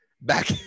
back